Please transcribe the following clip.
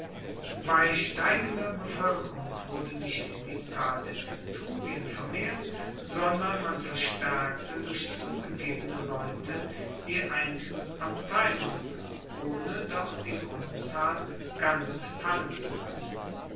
bei steigender bevoelkerung wurde nicht die zahl der zenturien vermehrt sondern man verstaerkte durch zugegebene leute die einzelnen abteilungen ohne doch die grundzahl ganz fallen zu lassen